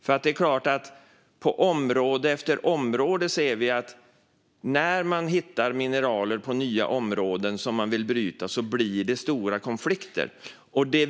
Vi ser i område efter område där man hittar nya mineral som man vill bryta att det blir stora konflikter.